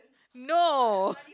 no